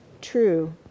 true